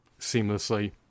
seamlessly